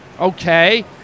Okay